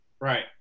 Right